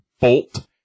bolt